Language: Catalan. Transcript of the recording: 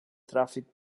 tràfic